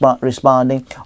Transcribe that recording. responding